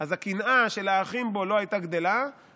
אז הקנאה של האחים בו לא הייתה גדלה ולא